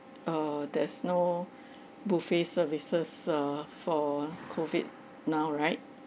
err there's no buffet services uh for COVID now right